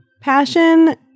passion